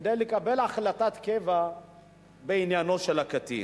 כדי לקבל החלטת קבע בעניינו של הקטין.